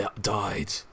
died